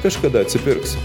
kažkada atsipirks